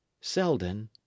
selden